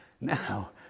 Now